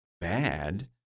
bad